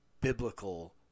biblical